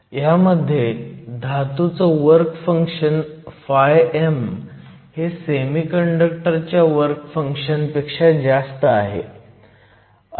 ह्यामध्ये धातूचं work function φm हे सेमीकंडक्टर च्या वर्क फंक्शन पेक्षा जास्त आहे